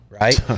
Right